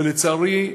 ולצערי,